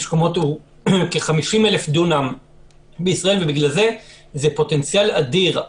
קומות הוא כ-50,000 דונם בישראל ובגלל זה זה פוטנציאל אדיר,